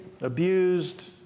abused